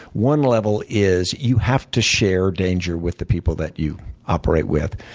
one level is you have to share danger with the people that you operate with.